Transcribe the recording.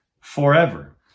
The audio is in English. forever